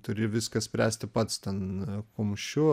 turi viską spręsti pats ten kumščiu